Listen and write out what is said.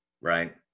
right